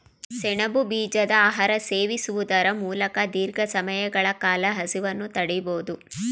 ಸೆಣಬು ಬೀಜದ ಆಹಾರ ಸೇವಿಸುವುದರ ಮೂಲಕ ದೀರ್ಘ ಸಮಯಗಳ ಕಾಲ ಹಸಿವನ್ನು ತಡಿಬೋದು